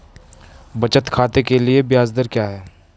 बचत खाते के लिए ब्याज दर क्या है?